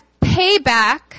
payback